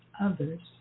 others